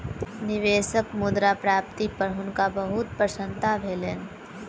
निवेशक मुद्रा प्राप्ति पर हुनका बहुत प्रसन्नता भेलैन